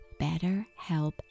BetterHelp